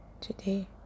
today